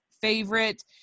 favorite